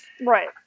Right